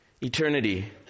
eternity